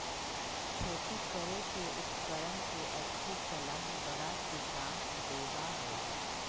खेती करे के उपकरण के अच्छी सलाह बड़ा किसान देबा हई